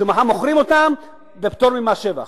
שמחר הם מוכרים אותן בפטור ממס שבח.